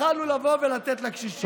יכולנו לבוא ולתת אותו לקשישים.